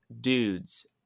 dudes